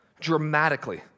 dramatically